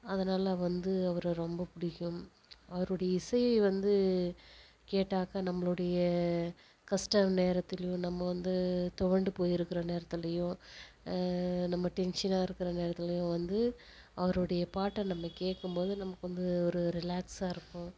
அதனால் வந்து அவரை ரொம்ப பிடிக்கும் அவருடைய இசையை வந்து கேட்டாக்கால் நம்மளுடைய கஷ்ட நேரத்திலேயும் நம்ம வந்து துவண்டு போயிருக்கிற நேரத்திலேயும் நம்ம டென்ஷனாக இருக்கிற நேரத்திலேயும் வந்து அவருடைய பாட்டை நம்ம கேட்கும் போது நமக்கு வந்து ஒரு ரிலாக்ஸாகயிருக்கும்